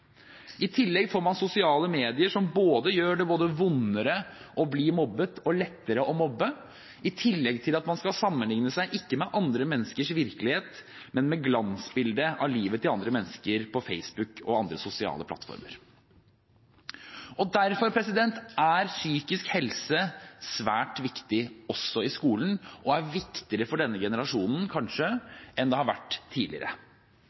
I tillegg får man sosiale medier, som gjør det både vondere å bli mobbet og lettere å mobbe, i tillegg til at man skal sammenligne seg – ikke med andre menneskers virkelighet, men med glansbildet av livet til andre mennesker på Facebook og andre sosiale plattformer. Derfor er psykisk helse svært viktig også i skolen og kanskje viktigere for denne generasjonen enn det har vært tidligere.